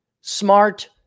smart